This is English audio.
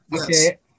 Okay